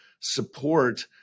support